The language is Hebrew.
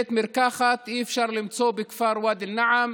בית מרקחת אי-אפשר למצוא בכפר ואדי א-נעם,